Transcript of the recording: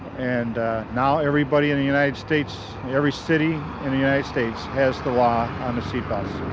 and now everybody in the united states, every city in the united states, has the law on the seat belts.